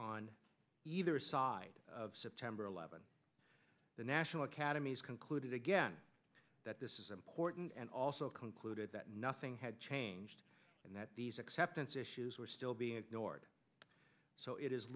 on either side of september eleventh the national academies concluded again that this is important and also concluded that nothing had changed and that these acceptance issues were still being ignored so it is